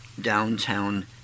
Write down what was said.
downtown